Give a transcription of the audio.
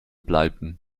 bleiben